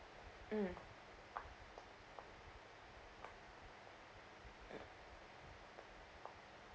mm